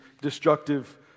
destructive